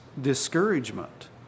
discouragement